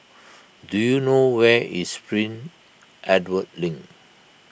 do you know where is Prince Edward Link